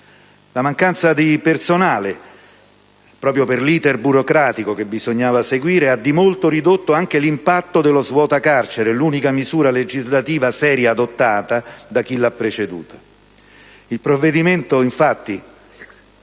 La mancanza di personale, proprio per l'*iter* burocratico che bisognava seguire, ha di molto ridotto anche l'impatto del cosiddetto svuota-carceri, l'unica misura legislativa seria adottata da chi l'ha preceduta. Il provvedimento, infatti,